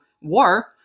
war